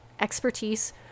expertise